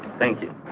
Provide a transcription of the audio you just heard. thank you.